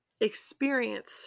experience